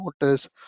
notice